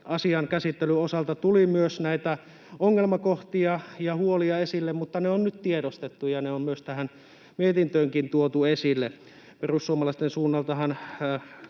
asian käsittelyn osalta tuli myös näitä ongelmakohtia ja huolia esille, mutta ne on nyt tiedostettu ja ne on myös tähän mietintöönkin tuotu esille. Perussuomalaisten suunnaltahan